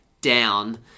down